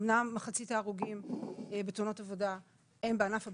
אמנם מחצית ההרוגים בתאונות עבודה הם בענף הבנייה,